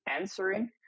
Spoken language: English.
answering